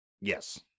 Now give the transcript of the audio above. Yes